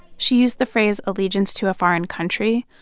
she used the phrase allegiance to a foreign country,